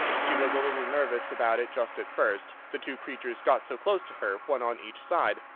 she was a little nervous about it just at first, the two creatures got so close to her, one on each side,